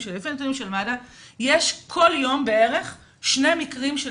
מד"א יש כל יום בערך שני מקרים של